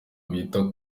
wita